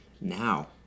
now